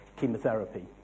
chemotherapy